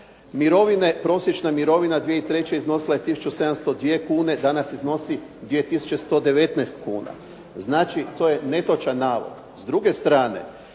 Mirovine, prosječna mirovina 2003. iznosila je 1702 kune, danas iznosi 2119 kuna. Znači to je netočan navod. S druge strane,